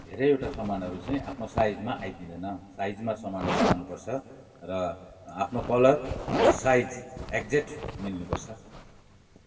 धेरैवटा सामानहरू चाहिँ आफ्नो साइजमा आइदिँदैन साइजमा सामानहरू आउनुपर्छ र आफ्नो कलर र साइज एक्जेट मिल्नुपर्छ